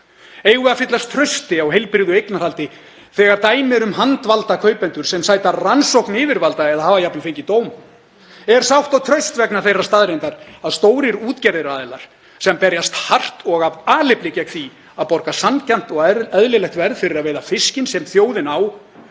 við að fyllast trausti á heilbrigðu eignarhaldi þegar dæmi eru um handvalda kaupendur sem sæta rannsókn yfirvalda eða hafa jafnvel fengið dóm? Er sátt og traust vegna þeirrar staðreyndar að stórum útgerðaraðilum, sem berjast hart og af alefli gegn því að borga sanngjarnt og eðlilegt verð fyrir að veiða fiskinn sem þjóðin á,